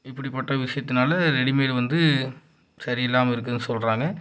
இப்படிப்பட்ட விஷயத்துனால் ரெடிமேட் வந்து சரியில்லாமல் இருக்குதுன்னு சொல்கிறாங்க